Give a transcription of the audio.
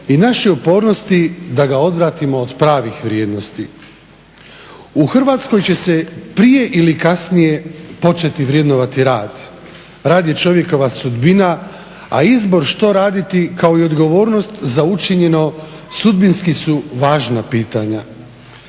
i naše upornosti da ga odvratimo od pravih vrijednosti. U Hrvatskoj će se prije ili kasnije početi vrednovati rad, rad je čovjekova sudbina, a izbor što raditi, kao i odgovornost za učinjeno sudbinski su važna pitanja.